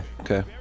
okay